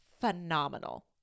phenomenal